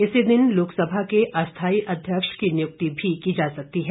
इसी दिन लोकसभा के अस्थाई अध्यक्ष की नियुक्ति भी की जा सकती है